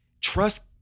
trust